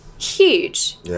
Huge